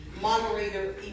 moderator